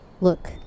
Look